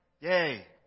Yay